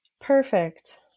Perfect